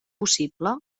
possible